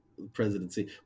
presidency